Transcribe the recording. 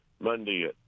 Monday